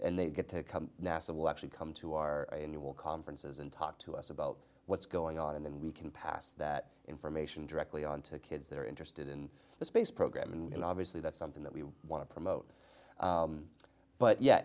and they get to come nasa will actually come to our annual conferences and talk to us about what's going on and then we can pass that information directly on to kids that are interested in the space program and obviously that's something that we want to promote but yeah